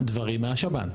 דברים מהשב"ן.